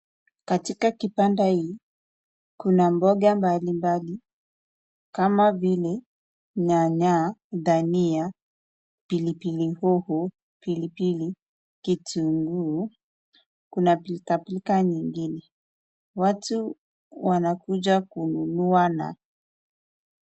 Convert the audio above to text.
Katika kibanda hii kuna mboga mbalimbali kama vile nyanya, dania, pilipili hoho, pilipili, kitunguu, kuna pilkapilka nyingine watu wanakuja kununua.